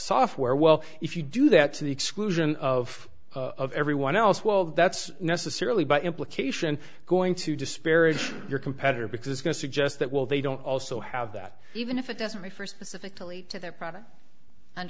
software well if you do that to the exclusion of of everyone else well that's necessarily by implication going to disparage your competitor because it's going to suggest that well they don't also have that even if it doesn't refer specifically to their product and